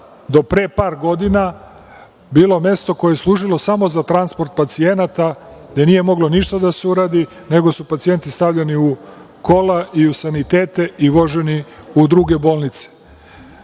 do pre par godina bilo mesto koje je služilo samo za transport pacijenata, gde nije moglo ništa da se uradi, nego su pacijenti stavljani u kola i u sanitete i voženi u druge bolnice.U